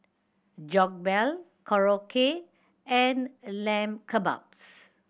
Jokbal Korokke and Lamb Kebabs